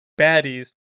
baddies